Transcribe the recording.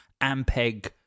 Ampeg